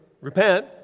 repent